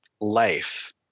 life